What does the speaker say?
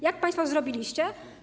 Jak państwo to zrobiliście?